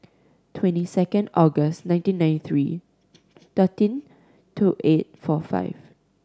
twenty second August nineteen ninety three thirteen two eight four five